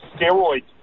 steroid